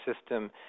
system